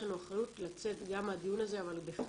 יש אחריות לצאת גם מהדיון הזה אבל בכלל,